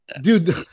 Dude